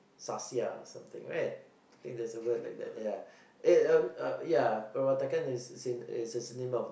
sahsiah or something right I think there's a word like that ya it eh uh uh ya perwatakan is a is a synonym of the